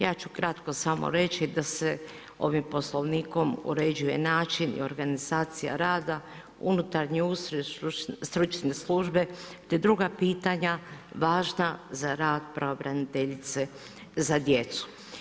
Ja ću kratko samo reći da se ovim Poslovnikom uređuje način i organizacija rada, unutarnji ustroj stručne službe te druga pitanja važna za rad pravobraniteljice za djecu.